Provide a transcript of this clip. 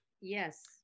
Yes